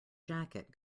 jacket